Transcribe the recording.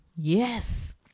yes